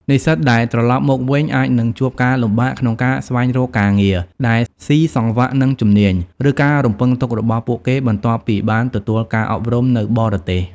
និស្សិតដែលត្រឡប់មកវិញ អាចនឹងជួបការលំបាកក្នុងការស្វែងរកការងារដែលស៊ីសង្វាក់នឹងជំនាញ ឬការរំពឹងទុករបស់ពួកគេ បន្ទាប់ពីបានទទួលការអប់រំនៅបរទេស។